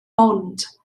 ond